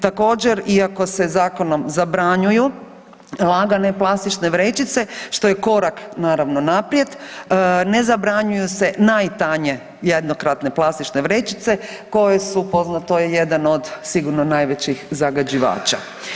Također iako se zakonom zabranjuju lagane plastične vrećice, što je korak naravno naprijed, ne zabranjuju se najtanje jednokratne plastične vrećice koje su poznato je jedan od sigurno najvećih zagađivača.